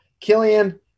Killian